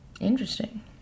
Interesting